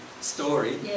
story